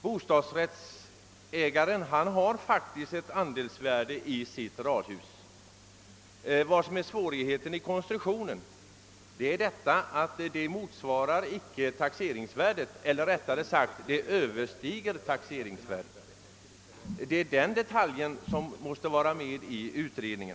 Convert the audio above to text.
Bostadsrättsinnehavaren har faktiskt en andelsrätt i radhuset. Vad som är svårigheten i konstruktionen är att den inte motsvarar taxeringsvärdet eller rättare sagt överstiger taxeringsvärdet. Det är den detaljen som måste beaktas i en utredning.